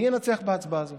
מי ינצח בהצבעה הזאת,